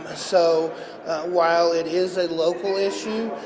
ah so while it is a local issue,